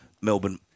Melbourne –